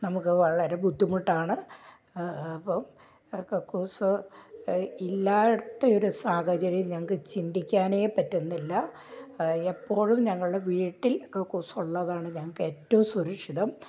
നമുക്ക് വളരെ ബുദ്ധിമുട്ടാണ് അപ്പം കക്കൂസ് ഇല്ലാത്ത ഒര് സാഹചര്യം ഞങ്ങൾക്ക് ചിന്തിക്കാനെ പറ്റുന്നില്ല എപ്പോഴും ഞങ്ങളുടെ വീട്ടിൽ കക്കൂസുള്ളതാണ് ഞങ്ങൾക്ക് ഏറ്റവും സുരക്ഷിതം